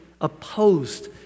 opposed